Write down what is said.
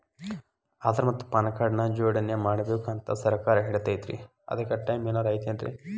ಆಧಾರ ಮತ್ತ PAN card ನ ಜೋಡಣೆ ಮಾಡ್ಬೇಕು ಅಂತಾ ಸರ್ಕಾರ ಹೇಳೈತ್ರಿ ಅದ್ಕ ಟೈಮ್ ಏನಾರ ಐತೇನ್ರೇ?